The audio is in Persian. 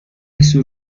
سور